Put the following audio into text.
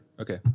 Okay